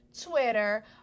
Twitter